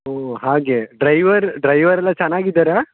ಓ ಹಾಗೆ driver driver ಎಲ್ಲ ಚೆನ್ನಾಗಿದ್ದಾರಾ